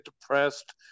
depressed